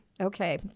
Okay